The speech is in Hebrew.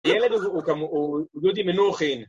הילד הזה הוא דודי מנוחין.